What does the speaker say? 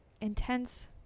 intense